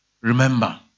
Remember